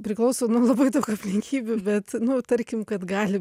priklauso nuo labai daug aplinkybių bet nu tarkim kad gali